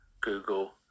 Google